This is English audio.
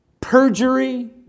perjury